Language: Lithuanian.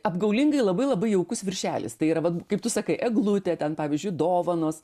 apgaulingai labai labai jaukus viršelis tai yra vat kaip tu sakai eglutė ten pavyzdžiui dovanos